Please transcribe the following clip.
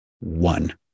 One